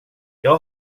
jag